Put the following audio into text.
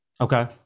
Okay